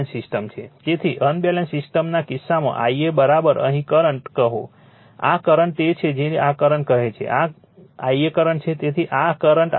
તેથી અનબેલેન્સ સિસ્ટમના કિસ્સામાં Ia અહીં કરંટ કહો આ કરંટ તે છે જેને આ કરંટ કહે છે આ Ia કરંટ છે તેથી આ કરંટ Ia છે